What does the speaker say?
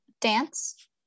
Dance